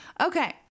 Okay